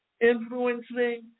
influencing